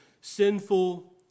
sinful